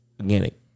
organic